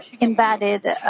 embedded